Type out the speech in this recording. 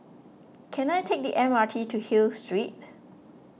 can I take the M R T to Hill Street